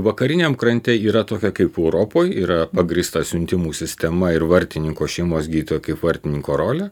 vakariniam krante yra tokia kaip europoje yra pagrįsta siuntimų sistema ir vartininko šeimos gydytojo kaip vartininko rolę